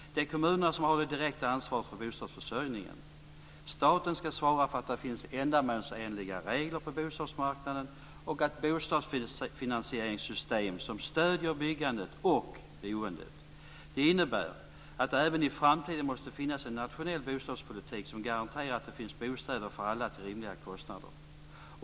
Det är kommunerna som har det direkta ansvaret för bostadsförsörjningen. Staten ska svara för att det finns ändamålsenliga regler på bostadsmarknaden och ett bostadsfinansieringssystem som stöder byggandet och boendet. Det innebär att det även i framtiden måste finnas en nationell bostadspolitik som garanterar att det finns bostäder för alla till rimliga kostnader.